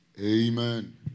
Amen